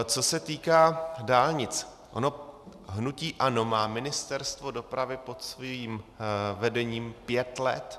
Co se týká dálnic, hnutí ANO má Ministerstvo dopravy pod svým vedením pět let.